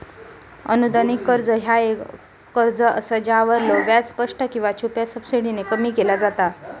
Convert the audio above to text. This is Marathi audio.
अनुदानित कर्ज ह्या एक कर्ज असा ज्यावरलो व्याज स्पष्ट किंवा छुप्या सबसिडीने कमी केला जाता